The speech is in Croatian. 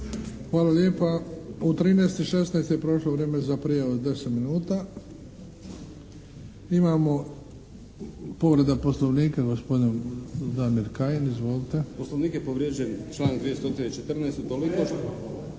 Hvala lijepa. U 13 i 16 je prošlo vrijeme za prijavu od 10 minuta. Imamo povreda Poslovnika, gospodin Damir Kajin. Izvolite. **Kajin, Damir (IDS)** Poslovnik je povrijeđen, član 214. utoliko što